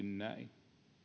näin